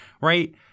right